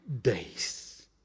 days